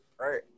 right